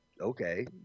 okay